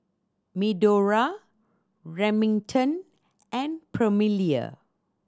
Medora Remington and Permelia